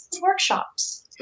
workshops